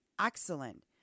excellent